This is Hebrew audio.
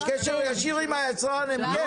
בקשר ישיר עם היצרן, הם כן.